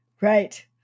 right